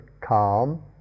calm